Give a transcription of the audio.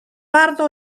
pardo